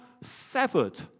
severed